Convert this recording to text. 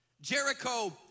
Jericho